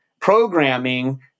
programming